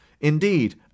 Indeed